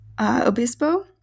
Obispo